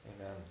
Amen